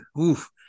oof